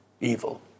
evil